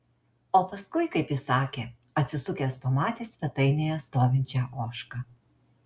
o paskui kaip jis sakė atsisukęs pamatė svetainėje stovinčią ožką